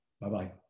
Bye-bye